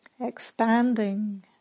expanding